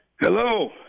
Hello